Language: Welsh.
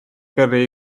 gyrru